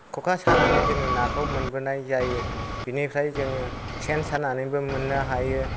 खखा सानानै जोङो नाखौ मोनबोनाय जायो बिनिफ्राय जोङो सेन सानानैबो मोननो हायो